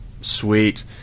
sweet